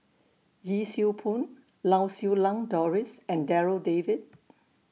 Yee Siew Pun Lau Siew Lang Doris and Darryl David